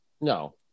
No